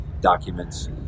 documents